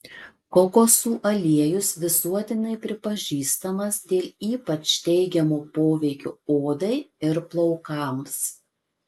kokosų aliejus visuotinai pripažįstamas dėl ypač teigiamo poveikio odai ir plaukams